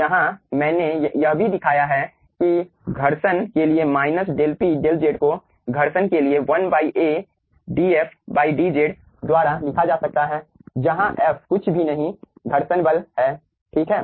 यहाँ मैंने यह भी दिखाया है कि घर्षण के लिए minus del P del Z को घर्षण के लिए 1A dF dz द्वारा लिखा जा सकता है जहां F कुछ भी नहीं घर्षण बल है ठीक है